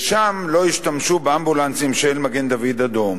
ושם לא ישתמשו באמבולנסים של מגן-דוד-אדום.